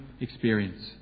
experience